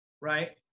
right